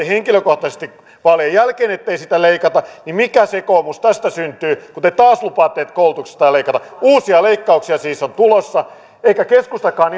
henkilökohtaisesti vaalien jälkeen lupasitte ettei siitä leikata niin mikä sekoomus tästä syntyy kun te taas lupaatte että koulutuksesta ei leikata uusia leikkauksia siis on tulossa eikä keskustakaan